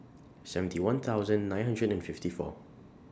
seventy one thousand nine hundred and fifty four